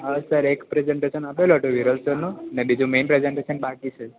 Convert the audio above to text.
હા સર એક પ્રેઝન્ટેશન આપેલો હતો હિરલ સરનો ને બીજો મેઈન પ્રેઝન્ટેશન બાકી છે